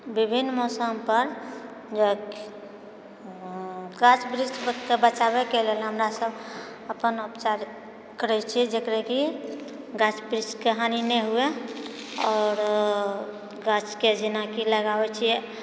विभिन्न मौसम पर गाछ वृक्षके बचाबैके लेल हमरा सब अपन औपचारिक करैत छी जकरा कि गाछ वृक्षके हानि नहि हुए आओर गाछके जेनाकि लगाबै छिऐ